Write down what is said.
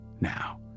now